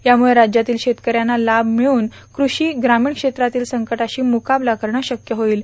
यामुळं राज्यातील शेतकऱ्यांना लाभ मिळून कूषी ग्रामीण क्षेत्रातील संकटाशी मुकाबला करणं शक्य होईल